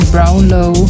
Brownlow